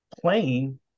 playing